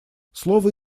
слово